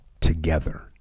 together